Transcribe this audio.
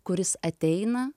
kuris ateina